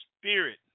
spirit